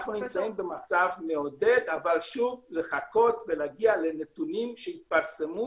אנחנו נמצאים במצב מעודד אבל צריך לחכות ולהגיע לנתונים שיתפרסמו,